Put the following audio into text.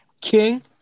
King